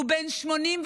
הוא בן 86,